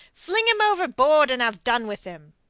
fling him overboard and have done with him.